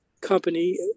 company